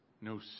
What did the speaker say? no